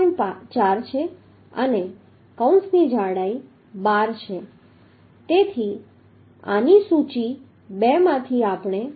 4 છે અને કૌંસની જાડાઈ 12 છે તેથી આની બે સૂચિ માંથી આપણે 11